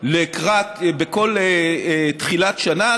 בכל תחילת שנה,